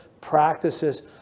practices